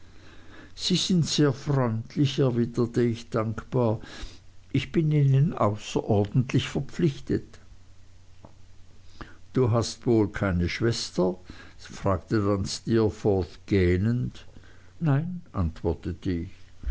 sie sind sehr freundlich erwiderte ich dankbar ich bin ihnen außerordentlich verpflichtet du hast wohl keine schwester fragte dann steerforth gähnend nein antwortete ich